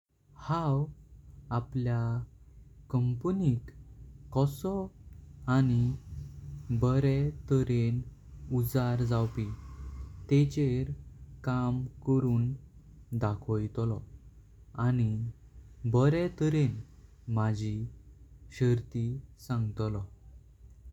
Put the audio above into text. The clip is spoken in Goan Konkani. हांव आपल्या कंपनीक कसें आनी बरेम तर्‍हेन उजर जावपी। तेचेर काम करून ढाळ्होतलो आनी बारे तर्‍हेन मजी शर्तीं सांगतलो।